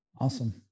Awesome